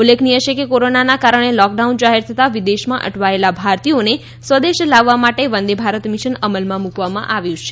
ઉલ્લેખનીય છે કે કોરોનાના કારણે લૉકડાઉન જાહેર થતા વિદેશમાં અટવાયેલા ભારતીયોને સ્વદેશ લાવવા માટે વંદેભારત મિશન અમલમાં મૂકવામાં આવ્યું છે